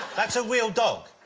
that's a real dog?